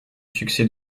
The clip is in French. succès